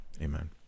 amen